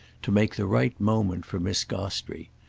to make the right moment for miss gostrey.